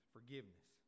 Forgiveness